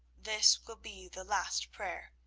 this will be the last prayer,